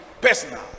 personal